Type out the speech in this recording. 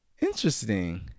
interesting